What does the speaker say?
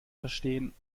verstehen